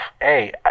hey